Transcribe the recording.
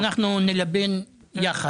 אנחנו נלבן את זה יחד.